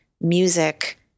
music